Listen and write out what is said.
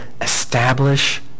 Establish